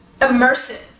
immersive